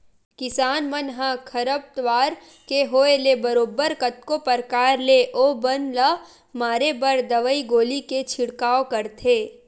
किसान मन ह खरपतवार के होय ले बरोबर कतको परकार ले ओ बन ल मारे बर दवई गोली के छिड़काव करथे